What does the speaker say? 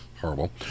horrible